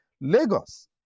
Lagos